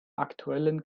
aktuellen